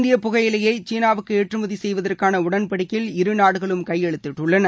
இந்திய புகையிலையை சீனாவுக்கு ஏற்றுமதி செய்வதற்கான உடன்படிக்கையில் இருநாடுகளும் கையெழுத்திட்டுள்ளன